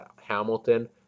Hamilton